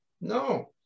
no